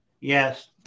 Yes